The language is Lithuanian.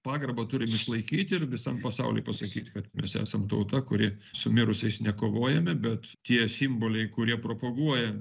pagarbą turim išlaikyti ir visam pasauliui pasakyti kad mes esam tauta kuri su mirusiais nekovojame bet tie simboliai kurie propaguoja